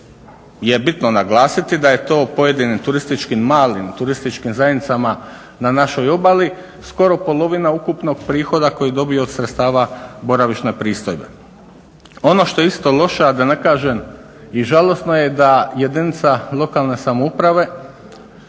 je bitno naglasiti da je to pojedini turistički maling, turističkim zajednicama na našoj obali, skoro polovina ukupnog prihoda koji dobiju od sredstava boravišne pristojbe. Ono što je isto loše a da ne kažem i žalosno je da jedinica lokalne samouprave